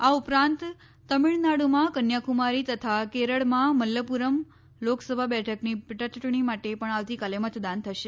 આ ઉપરાંત તમિલનાડુમાં કન્યાકુમારી તથા કેરળમાં મલ્લપુરમ લોકસભા બેઠકની પેટાયૂંટણી માટે પણ આવતીકાલે મતદાન થશે